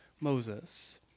Moses